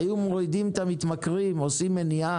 היו מורידים את מספר המתמכרים, עושים מניעה.